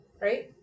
right